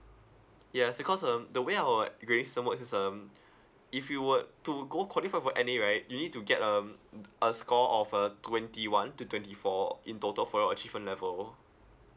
yeah it's because um the way our grades sum work is as um if you were to go qualify for N_A right you need to get um a score of uh twenty one to twenty four in total for your achievement level